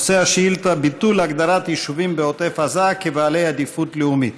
נושא השאילתה: ביטול הגדרת יישובים בעוטף עזה כבעלי עדיפות לאומית.